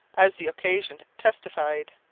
as the occasion testified.